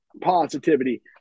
positivity